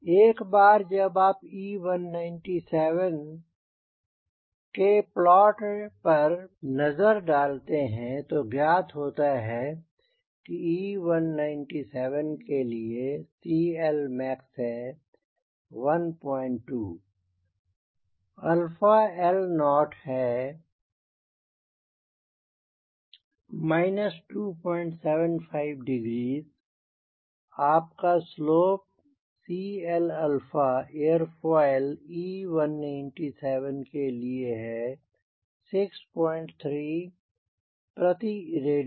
एक बार जब आप E197 के प्लाट पर नजर डालते हैं तो ज्ञात होता है कि E197 के लिए CLmax है 12 L0 is 275 degrees आपका slope CL एयरफोइल E197 के लिए है 63 प्रति रेडियन